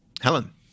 Helen